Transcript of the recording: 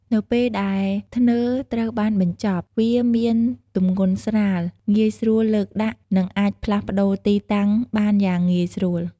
នៅពេលដែលធ្នើរត្រូវបានបញ្ចប់ វាមានទម្ងន់ស្រាល ងាយស្រួលលើកដាក់ និងអាចផ្លាស់ប្តូរទីតាំងបានយ៉ាងងាយស្រួល។